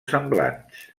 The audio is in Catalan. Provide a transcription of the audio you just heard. semblants